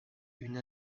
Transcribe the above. une